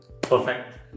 Perfect